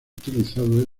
utilizado